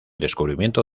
descubrimiento